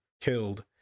killed